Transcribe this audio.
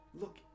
Look